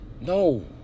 No